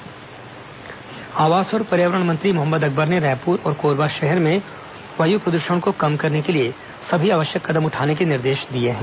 मोहम्मद अकबर समीक्षा बैठक आवास और पर्यावरण मंत्री मोहम्मद अकबर ने रायपुर और कोरबा शहर में वायु प्रद्षण को कम करने के लिए सभी आवश्यक कदम उठाने के निर्देश दिए हैं